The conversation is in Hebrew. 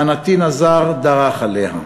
והנתין הזר דרך עליה.